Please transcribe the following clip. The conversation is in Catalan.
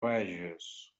bages